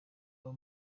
abo